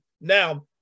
now